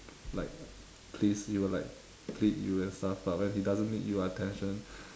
like please you like plead you and stuff but when he doesn't need your attention